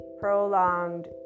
Prolonged